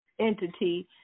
entity